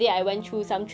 !wow!